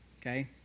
okay